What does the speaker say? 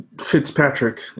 Fitzpatrick